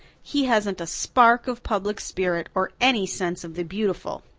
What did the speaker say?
he hasn't a spark of public spirit or any sense of the beautiful.